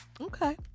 Okay